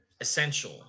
essential